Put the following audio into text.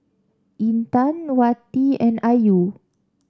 Intan Wati and Ayu